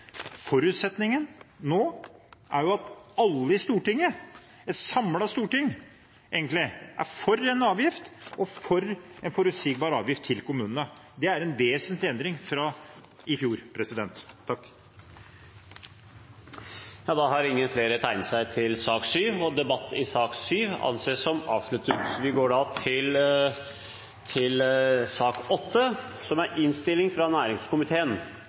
Forutsetningen nå er at alle i Stortinget – et samlet storting, egentlig – er for en avgift og for en forutsigbar avgift til kommunene. Det er en vesentlig endring fra i fjor. Flere har ikke bedt om ordet til sak nr. 7. Etter ønske fra næringskomiteen